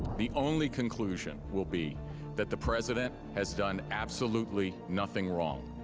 the only conclusion will be that the president has done absolutely nothing wrong.